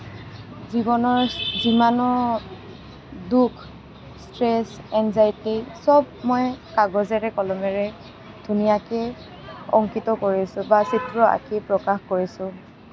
জীৱনৰ যিমানো দুখ ষ্ট্ৰেছ এনজাইটি সব মই কাগজেৰে কলমেৰে ধুনীয়াকৈ অংকিত কৰিছোঁ বা চিত্ৰ আঁকি প্ৰকাশ কৰিছোঁ